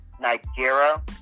Nigeria